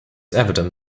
evident